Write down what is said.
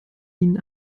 ihnen